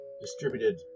distributed